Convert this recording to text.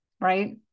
right